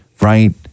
right